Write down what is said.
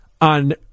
on